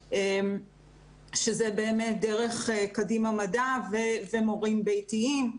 שזה באמת דרך 'קדימה מדע' ומורים ביתיים.